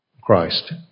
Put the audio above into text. Christ